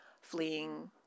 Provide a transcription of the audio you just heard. fleeing